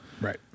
Right